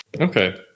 Okay